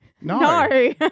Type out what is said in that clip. No